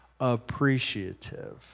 appreciative